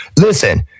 Listen